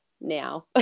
now